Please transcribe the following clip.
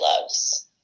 loves